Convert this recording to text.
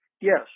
Yes